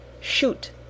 shoot